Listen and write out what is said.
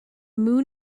moon